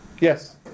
Yes